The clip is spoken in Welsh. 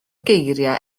geiriau